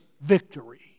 victory